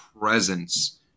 presence